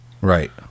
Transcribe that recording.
right